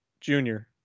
junior